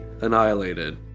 annihilated